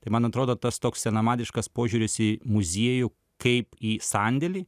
tai man atrodo tas toks senamadiškas požiūris į muziejų kaip į sandėlį